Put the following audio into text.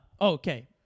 Okay